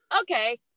okay